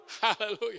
Hallelujah